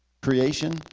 creation